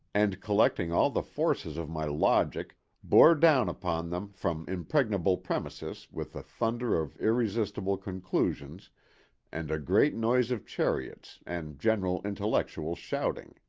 and collecting all the forces of my logic bore down upon them from impregnable premises with the thunder of irresistible conclusions and a great noise of chariots and general intellectual shouting.